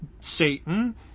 Satan